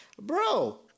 Bro